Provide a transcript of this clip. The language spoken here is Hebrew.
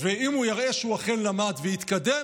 ואם הוא יראה שהוא אכן למד והתקדם,